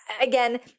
again